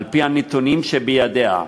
על-פי הנתונים שבידיה,